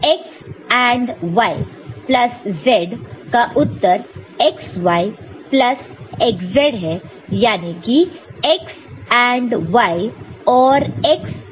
X AND y plus z का उत्तर xy plus xz है याने की x AND y OR x dot z